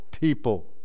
people